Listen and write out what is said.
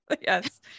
yes